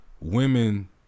Women